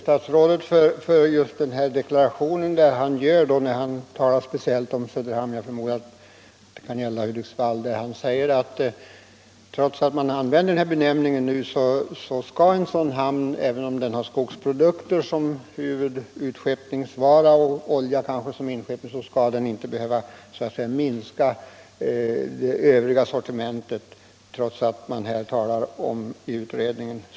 Jag vill gärna tacka statsrådet för hans deklaration om Söderhamn -— jag förmodar att den också kan gälla Hudiksvall — där han säger att trots att man använder benämningen specialhamnar skall en sådan hamn, även om den har skogsprodukter och kanske olja som huvudutskeppningsvara, inte behöva minska det övriga sortimentet.